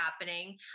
happening